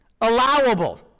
allowable